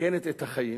מסכנת את החיים,